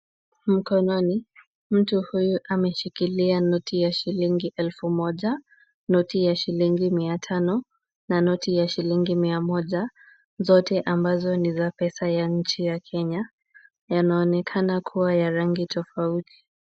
Mkononi, mtu huyu ameshikilia noti ya shilingi elfu moja, noti ya shilingi mia tano na noti ya shilingi mia moja, zote ambazo ni za pesa ya nchi ya Kenya. Yanaonekana kuwa ya rangi tofauti.